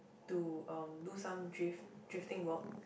to um do some drift drifting work